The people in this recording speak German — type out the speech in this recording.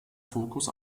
fokus